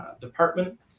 department